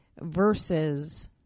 Versus